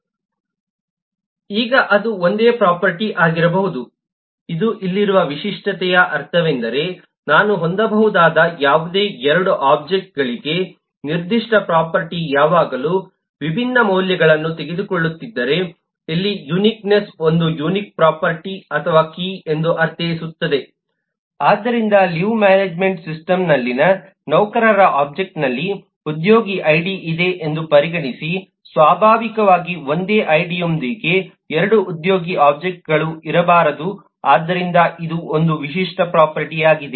ಈಗ ಅದು ಒಂದೇ ಪ್ರೊಫರ್ಟಿ ಆಗಿರಬಹುದು ಇದು ಇಲ್ಲಿರುವ ವಿಶಿಷ್ಟತೆಯ ಅರ್ಥವೇನೆಂದರೆನಾನು ಹೊಂದಬಹುದಾದ ಯಾವುದೇ 2 ಒಬ್ಜೆಕ್ಟ್ಗಳಿಗೆನಿರ್ದಿಷ್ಟ ಪ್ರೊಫರ್ಟಿ ಯಾವಾಗಲೂ ವಿಭಿನ್ನ ಮೌಲ್ಯಗಳನ್ನು ತೆಗೆದುಕೊಳ್ಳುತ್ತಿದ್ದರೆಇಲ್ಲಿ ಯುನಿಕ್ನೆಸ್ ಒಂದು ಯುನಿಕ್ ಪ್ರೊಫರ್ಟಿ ಅಥವಾ ಕೀ ಎಂದು ಅರ್ಥೈಸುತ್ತದೆ ಆದ್ದರಿಂದ ಲೀವ್ ಮ್ಯಾನೇಜ್ಮೆಂಟ್ ಸಿಸ್ಟಮ್ಯಲ್ಲಿನ ನೌಕರರು ಒಬ್ಜೆಕ್ಟ್ನಲ್ಲಿ ಉದ್ಯೋಗಿ ಐಡಿ ಇದೆ ಎಂದು ಪರಿಗಣಿಸಿ ಸ್ವಾಭಾವಿಕವಾಗಿ ಒಂದೇ ಐಡಿಯೊಂದಿಗೆ 2 ಉದ್ಯೋಗಿ ಒಬ್ಜೆಕ್ಟ್ಗಳು ಇರಬಾರದು ಆದ್ದರಿಂದ ಇದು ಒಂದು ವಿಶಿಷ್ಟ ಪ್ರೊಫರ್ಟಿಯಾಗಿದೆ